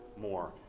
more